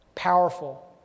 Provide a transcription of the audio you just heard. powerful